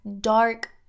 dark